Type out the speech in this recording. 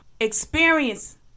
experience